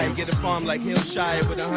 and get a bomb like hillshire with